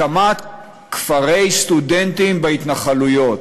הקמת כפרי סטודנטים בהתנחלויות.